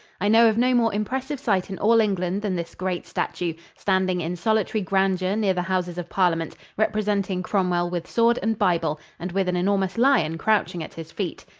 i know of no more impressive sight in all england than this great statue, standing in solitary grandeur near the houses of parliament, representing cromwell with sword and bible, and with an enormous lion crouching at his feet.